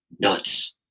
nuts